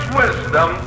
wisdom